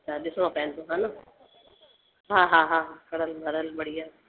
त ॾिसिणो पवंदो हा न हा हा हा कड़ल वड़ल बढ़िया